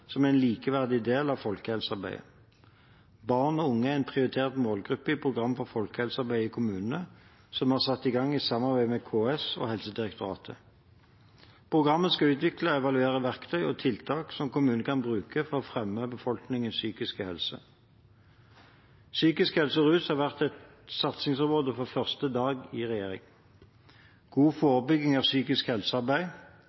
som en likeverdig del av folkehelsearbeidet. Barn og unge er en prioritert målgruppe i Program for folkehelsearbeid i kommunene, som vi har satt i gang i samarbeid med KS og Helsedirektoratet. Programmet skal utvikle og evaluere verktøy og tiltak som kommunene kan bruke for å fremme befolkningens psykiske helse. Psykisk helse og rus har vært et satsingsområde fra første dag i regjering.